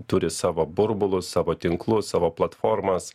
turi savo burbulus savo tinklus savo platformas